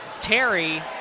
terry